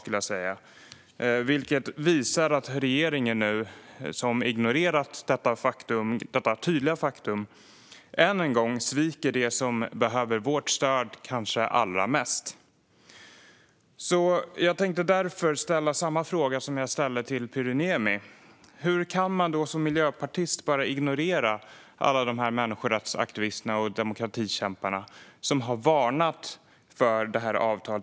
Det här visar att regeringen, som har ignorerat detta tydliga faktum, nu än en gång sviker dem som kanske allra mest behöver vårt stöd. Jag tänkte därför ställa samma fråga som jag ställde till Pyry Niemi. Hur kan man som miljöpartist ignorera alla de människorättsaktivister och demokratikämpar som har varnat för detta avtal?